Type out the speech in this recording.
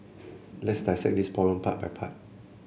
let's dissect this problem part by part